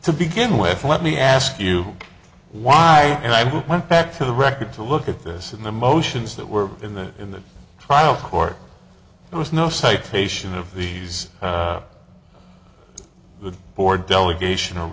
to begin with let me ask you why and i went back to the record to look at this in the motions that were in there in the trial court there was no citation of these the board delegation o